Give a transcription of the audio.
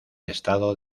estado